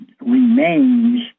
remains